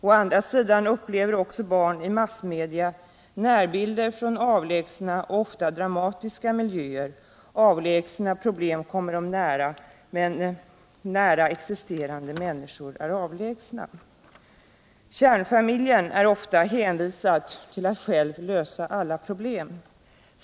Å andra sidan upplever barn i massmedia närbilder från avlägsna och ofta dramatiska miljöer, avlägsna problem kommer dem nära men nära existerande människor är avlägsna. Kärnfamiljen är ofta hänvisad till att själv lösa alla problem.